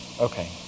Okay